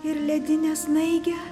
ir ledinę snaigę